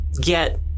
get